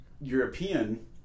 European